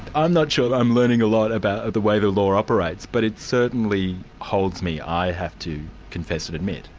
i'm not sure i'm learning a lot about the way the law operates but it certainly holds me, i have to confess and admit.